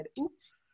Oops